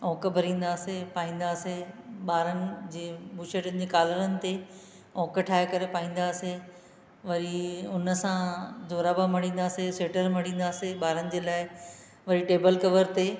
okay भरींदा हुआसीं पाईंदा हुआसीं ॿारनि जे बुशेटनि जे काॻरनि ते ओक ठाहे करे पाईंदा हुआसीं वरी हुन सां जोराब माणींदा हुआसीं स्वेटर माणींदा हुआसीं ॿारनि जे लाइ वरी टेबल कवर ते